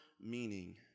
meaning